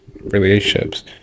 relationships